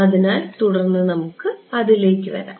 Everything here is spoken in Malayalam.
അതിനാൽ തുടർന്ന് നമുക്ക് അതിലേക്ക് വരാം